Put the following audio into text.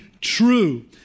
true